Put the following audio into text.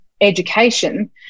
education